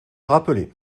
rappeler